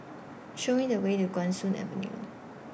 Show Me The Way to Guan Soon Avenue